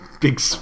Big